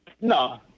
No